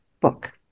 book